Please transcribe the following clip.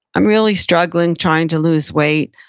i'm really struggling trying to lose weight.